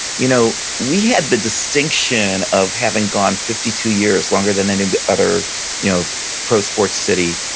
you know we had the distinction of having gone fifty two years, longer than any other you know pro sports city,